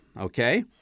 okay